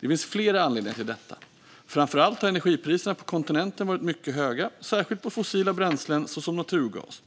Det finns flera anledningar till detta, framför allt att energipriserna på kontinenten varit mycket höga, särskilt på fossila bränslen såsom naturgas,